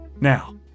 Now